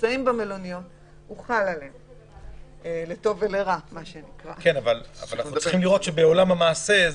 אבל אנחנו צריכים לראות שזה קורה גם בעולם המעשה.